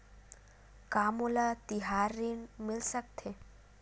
का मोला तिहार ऋण मिल सकथे?